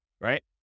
Right